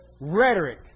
rhetoric